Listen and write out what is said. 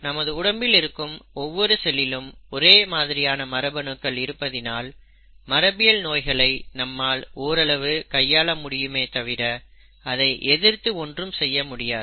நமது உடம்பில் இருக்கும் ஒவ்வொரு செல்லிலும் ஒரே மாதிரியான மரபணுக்கள் இருப்பதினால் மரபியல் நோய்களை நம்மால் ஓரளவு கையால முடியுமே தவிர அதை எதிர்த்து ஒன்றும் செய்ய முடியாது